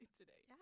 today